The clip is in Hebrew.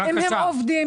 אם הם עובדים,